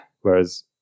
Whereas